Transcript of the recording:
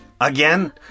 Again